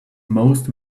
most